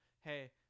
hey